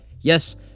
Yes